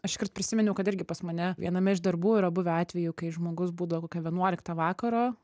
aš iškart prisiminiau kad irgi pas mane viename iš darbų yra buvę atvejų kai žmogus būdavo kokią vienuoliktą vakaro